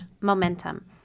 momentum